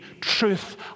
truth